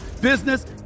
business